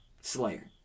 Slayer